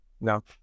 no